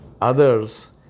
others